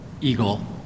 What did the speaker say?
eagle